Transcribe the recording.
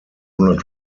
not